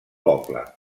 poble